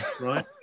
right